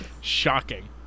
shocking